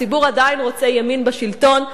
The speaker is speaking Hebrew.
הציבור עדיין רוצה ימין בשלטון.